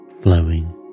flowing